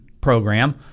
program